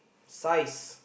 size